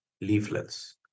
leaflets